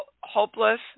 hopeless